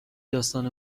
داستان